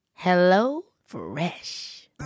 HelloFresh